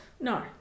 No